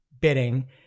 bidding